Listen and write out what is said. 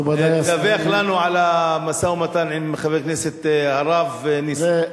תדווח לנו על המשא-ומתן עם חבר הכנסת הרב נסים זאב.